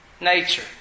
nature